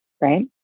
right